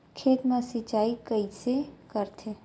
खेत मा सिंचाई कइसे करथे?